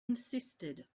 insisted